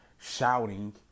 Shouting